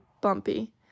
bumpy